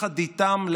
יחד איתם,